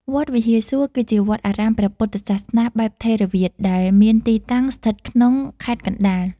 វត្តវិហារសួគ៌ គឺជាវត្តអារាមព្រះពុទ្ធសាសនាបែបថេរវាទដែលមានទីតាំងស្ថិតក្នុងខេត្តកណ្ដាល។